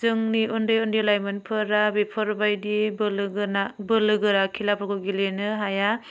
जोंनि उन्दै उन्दै लाइमोनफोरा बेफोरबायदि बोलो गोना बोलो गोरा खेलाफोरखौ गेलेनो हाया